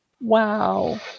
Wow